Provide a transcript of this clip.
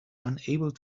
unable